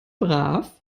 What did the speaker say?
brav